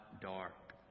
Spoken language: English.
dark